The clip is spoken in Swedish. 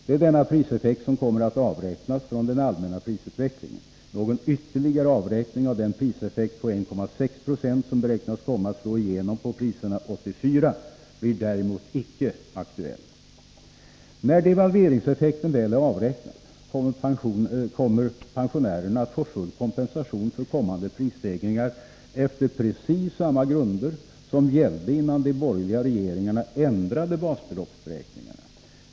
Det är denna priseffekt som kommer att avräknas från den allmänna prisutvecklingen. Någon ytterligare avräkning av den priseffekt på 1,6 Zo som beräknas komma att slå igenom på priserna 1984 blir däremot icke aktuell. När devalveringseffekten väl är avräknad kommer pensionärerna att få full kompensation för kommande prisstegringar efter precis samma grunder som gällde innan de borgerliga regeringarna ändrade basbeloppsberäkningarna.